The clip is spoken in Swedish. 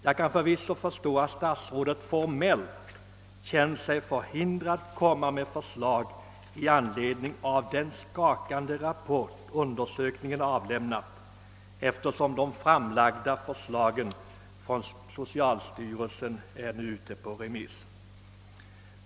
Jag kan förvisso förstå att statsrådet formellt känt sig förhindrad att framlägga förslag i anledning av den skakande rapport undersökningen lett till, eftersom det av socialstyrelsen uppgjorda förslaget nu är ute på remiss.